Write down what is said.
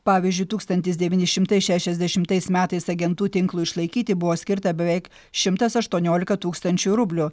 pavyzdžiui tūkstantis devyni šimtai šešiasdešimtais metais agentų tinklui išlaikyti buvo skirta beveik šimtas aštuoniolika tūkstančių rublių